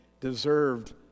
deserved